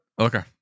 Okay